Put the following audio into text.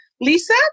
Lisa